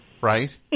Right